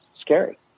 scary